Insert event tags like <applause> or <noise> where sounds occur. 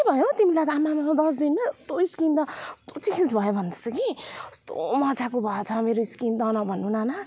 के भयो हौ तिमीलाई त आम्मामा दस दिनमै यस्तो स्किन त <unintelligible> भयो भन्दैछ कि कस्तो मजाको भएछ मेरो स्किन त नभन्नू नाना